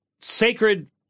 sacred